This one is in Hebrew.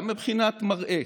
גם מבחינת מראה,